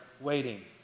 waiting